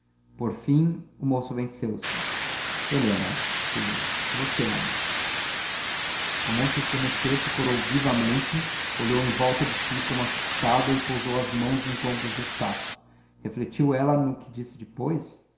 por fim o moço venceu se helena disse ele você ama a moça estremeceu e corou vivamente olhou em volta de si como assustada e pousou as mãos nos ombros de estácio refletiu ela no que disse depois